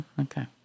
Okay